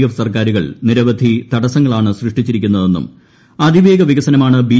F സർക്കാരുകൾ നിരവധി തടസ്സങ്ങളാണ് സൃഷ്ടിച്ചിരിക്കുന്നതെന്നും അതിവേഗ വികസനമാണ് ബി